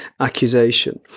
accusation